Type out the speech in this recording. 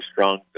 strong